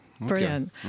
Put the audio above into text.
Brilliant